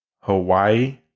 Hawaii